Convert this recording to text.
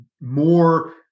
more